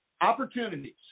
opportunities